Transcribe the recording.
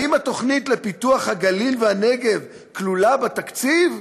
האם התוכנית לפיתוח הגליל והנגב כלולה בתקציב?